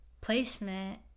placement